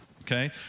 okay